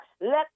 Let